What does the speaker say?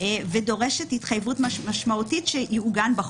ודורשת התחייבות משמעותית שתעוגן בחוק.